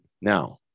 now